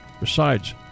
Besides